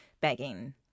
begging